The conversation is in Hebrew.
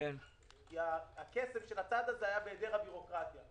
כי הכסף של הצעד הזה היה בהיעדר בירוקרטיה,